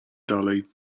dalej